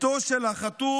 בתו של החטוף